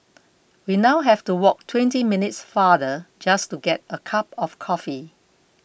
we now have to walk twenty minutes farther just to get a cup of coffee